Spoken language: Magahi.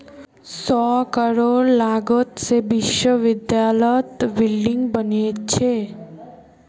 सौ करोड़ लागत से विश्वविद्यालयत बिल्डिंग बने छे